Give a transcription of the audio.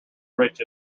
rich